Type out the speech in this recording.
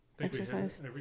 exercise